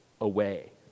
away